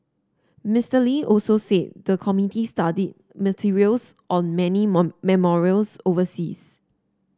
Mister Lee also said the committee studied materials on many memorials overseas